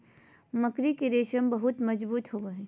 मकड़ी के रेशम बहुत मजबूत होवो हय